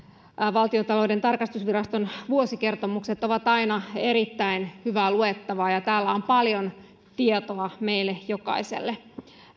valtiontalouden tarkastusviraston vuosikertomukset ovat aina erittäin hyvää luettavaa ja tässä on paljon tietoa meille jokaiselle